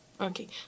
Okay